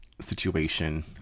situation